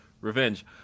Revenge